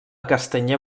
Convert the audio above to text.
castanyer